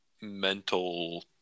mental